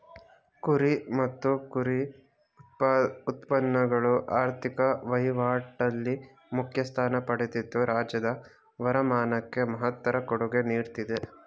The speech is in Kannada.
ಕುರಿ ಮತ್ತು ಕುರಿ ಉತ್ಪನ್ನಗಳು ಆರ್ಥಿಕ ವಹಿವಾಟಲ್ಲಿ ಮುಖ್ಯ ಸ್ಥಾನ ಪಡೆದಿದ್ದು ರಾಜ್ಯದ ವರಮಾನಕ್ಕೆ ಮಹತ್ತರ ಕೊಡುಗೆ ನೀಡ್ತಿದೆ